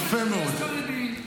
יפה מאוד.